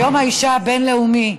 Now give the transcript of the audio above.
ביום האישה הבין-לאומי,